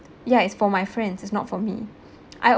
ya it's for my friends it's not for me I